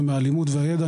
ומהאלימות והידע,